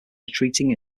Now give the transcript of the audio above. retreating